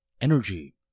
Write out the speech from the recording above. energy